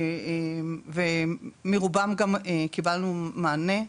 מרובם גם קיבלנו מענה.